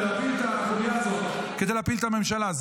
ולהפיל את החוליה הזאת כדי להפיל את הממשלה.